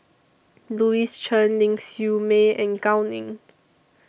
Louis Chen Ling Siew May and Gao Ning